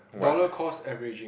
dollar cost averaging